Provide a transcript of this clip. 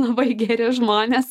labai geri žmonės